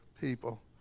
people